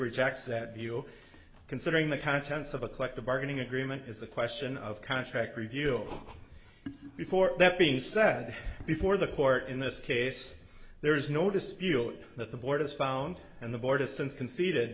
rejects that view considering the contents of a collective bargaining agreement is the question of contract review before that being said before the court in this case there is no dispute that the board is found and the board is since conceded